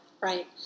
right